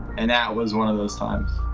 and that was one of those times.